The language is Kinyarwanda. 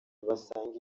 basanga